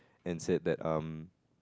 and said that um